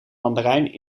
mandarijn